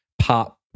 pop